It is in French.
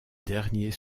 dernier